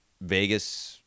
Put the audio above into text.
Vegas